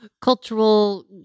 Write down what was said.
cultural